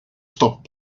stop